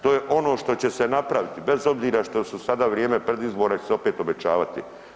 To je ono što će se napraviti bez obzira što su sada vrijeme preizbora će se opet obećavati.